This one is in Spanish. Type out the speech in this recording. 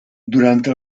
durante